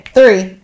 Three